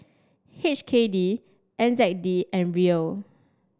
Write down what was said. H K D N Z D and Riel